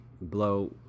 blow